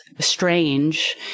strange